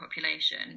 population